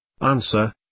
Answer